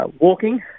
walking